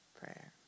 prayer